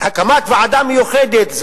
הקמת ועדה מיוחדת,